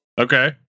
Okay